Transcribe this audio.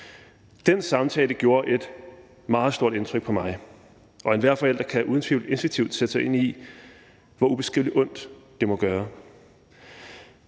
Den samtale gjorde et meget stort indtryk på mig, og enhver forælder kan uden tvivl instinktivt sætte sig ind i, hvor ubeskrivelig ondt det må gøre.